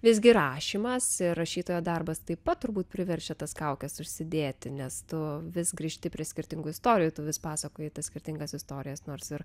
visgi rašymas rašytojo darbas taip pat turbūt priverčia tas kaukes užsidėti nes tu vis grįžti prie skirtingų istorijų tu vis pasakoji skirtingas istorijas nors ir